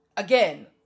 Again